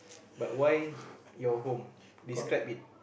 but why your home describe it